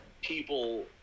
people